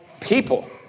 people